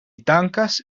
dankas